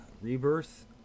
Rebirth